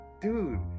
dude